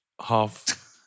half